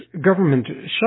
government